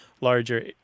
larger